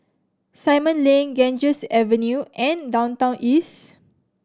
Simon Lane Ganges Avenue and Downtown East